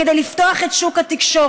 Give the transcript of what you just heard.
כדי לפתוח את שוק התקשורת,